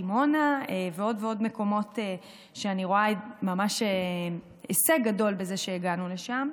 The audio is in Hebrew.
לדימונה ולעוד מקומות שאני רואה ממש הישג גדול בזה שהגענו אליהם.